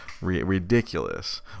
Ridiculous